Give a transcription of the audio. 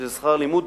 שזה שכר לימוד,